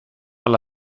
alla